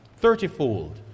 thirtyfold